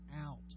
out